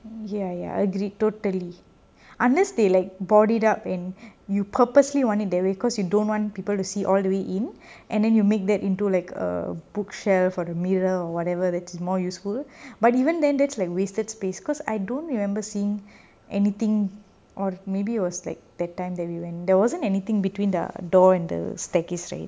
ya ya I agree totally unless they like board it up and you purposely wanted that way because you don't want people to see all the way in and then you make that into like a bookshelf or a mirror or whatever that is more useful but even then that's like wasted space because like I don't remember seeing anything or maybe it was like that time that we went there wasn't anything between the door and the staircase right